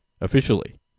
officially